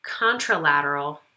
contralateral